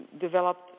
developed